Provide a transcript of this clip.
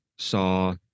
Saw